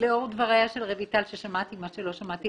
לאור דבריה של רויטל ששמעתי מה שלא שמעתי,